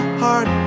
heart